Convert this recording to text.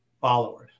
followers